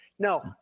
No